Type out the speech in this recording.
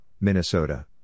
Minnesota